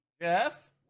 Jeff